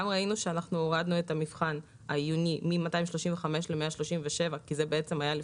ראינו שהורדנו את גובה האגרה של המבחן העיוני מ-235 שקלים ל-137 שקלים